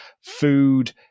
food